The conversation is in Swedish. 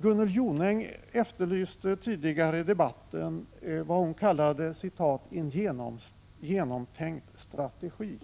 Gunnel Jonäng efterlyste tidigare i debatten vad hon kallade ”en genomtänkt stategi”.